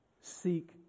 seek